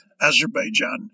Azerbaijan